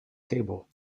table